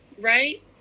right